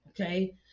okay